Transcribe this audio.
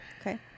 Okay